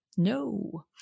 No